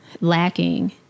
lacking